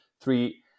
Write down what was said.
three